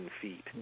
feet